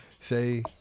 say